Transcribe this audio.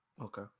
Okay